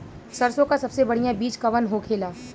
सरसों का सबसे बढ़ियां बीज कवन होखेला?